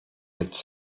jetzt